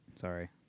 sorry